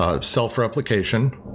Self-replication